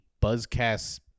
Buzzcast